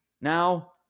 Now